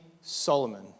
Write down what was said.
Solomon